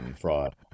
fraud